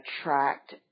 attract